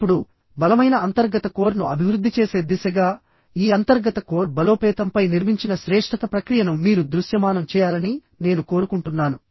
ఇప్పుడు బలమైన అంతర్గత కోర్ను అభివృద్ధి చేసే దిశగా ఈ అంతర్గత కోర్ బలోపేతంపై నిర్మించిన శ్రేష్ఠత ప్రక్రియను మీరు దృశ్యమానం చేయాలని నేను కోరుకుంటున్నాను